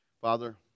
Father